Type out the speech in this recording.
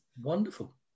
wonderful